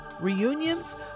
reunions